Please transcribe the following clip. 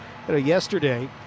Yesterday